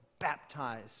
baptized